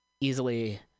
easily